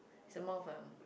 he's more of a